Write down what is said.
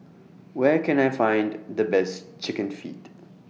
Where Can I Find The Best Chicken Feet